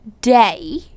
day